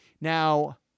now